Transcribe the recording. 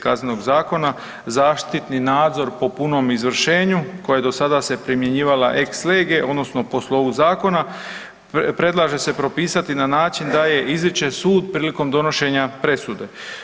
KZ-a, zaštitni nadzor po punom izvršenju koje se do sada primjenjivala ex lege odnosno po slovu zakona predlaže se propisati na način da je izriče sud prilikom donošenja presude.